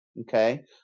Okay